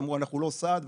אמרו אנחנו לא סעד,